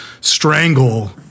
strangle